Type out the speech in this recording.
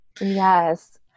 Yes